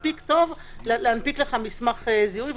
להנפיק לך מסמך זיהוי,